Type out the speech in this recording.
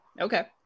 Okay